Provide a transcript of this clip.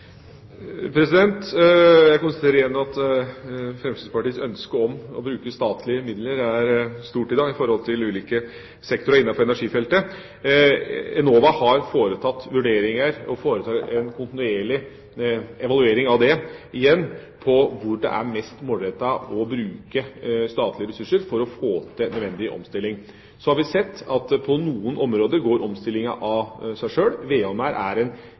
Jeg konstaterer igjen at Fremskrittspartiets ønske om å bruke statlige midler i ulike sektorer innenfor energifeltet i dag er stort. Enova har foretatt vurderinger, og foretar en kontinuerlig evaluering av hvor det er mest målrettet å bruke statlige ressurser for å få til nødvendig omstilling. Så har vi sett at på noen områder går omstillinga av seg sjøl. Vedovner er en relativt beskjeden investering for mange. Luft-til-luft varmepumper er også en